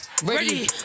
Ready